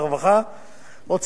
הרווחה והבריאות,